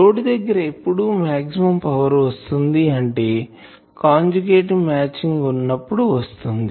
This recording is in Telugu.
లోడ్ దగ్గర ఎప్పుడు మాక్సిమం పవర్ వస్తుంది అంటే కంజుగేట్ మ్యాచింగ్ వున్నప్పుడు వస్తుంది